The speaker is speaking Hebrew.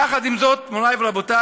יחד עם זאת, מוריי ורבותיי,